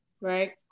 right